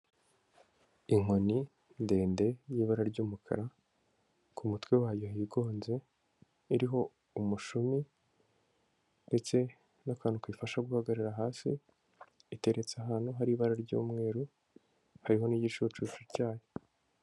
Inkoni ndende y'ibara ry'umukara ku mutwe wayo higonze iriho umushumi ndetse n'akantu kayifasha guhagarara hasi iteretse ahantu hari ibara ry'umweru hariho n'igicucu cyayo.